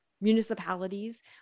municipalities